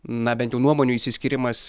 na bent jau nuomonių išsiskyrimas